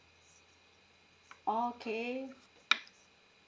okay